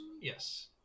Yes